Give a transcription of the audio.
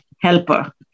Helper